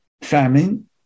famine